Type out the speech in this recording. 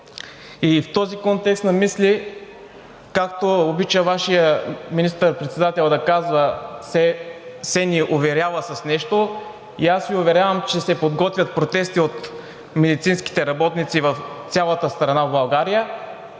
И в този контекст на мисли, както Вашият министър-председател обича да казва, все ни уверява в нещо, и аз Ви уверявам, че се подготвят протести от медицинските работници в цялата страна в България